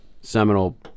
seminal